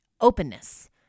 Openness